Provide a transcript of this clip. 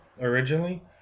originally